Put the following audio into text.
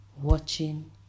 watching